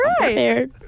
right